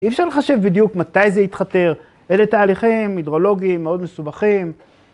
אי אפשר לחשב בדיוק מתי זה יתחתר, אלה תהליכים הידרולוגיים מאוד מסובכים.